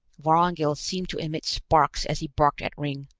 vorongil seemed to emit sparks as he barked at ringg,